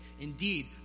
Indeed